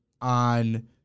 on